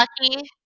lucky